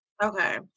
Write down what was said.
okay